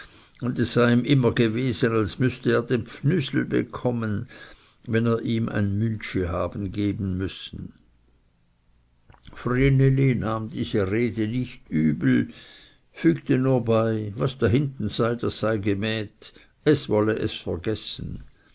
und es sei ihm immer gewesen als müßte er den pfnüsel bekommen wenn er ihm ein müntschi habe geben müssen vreneli nahm diese rede nicht übel fügte nur bei was dahinten sei das sei gemäht es wolle es vergessen